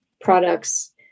products